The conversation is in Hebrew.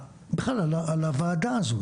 בכלל על הוועדה הזאת.